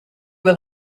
will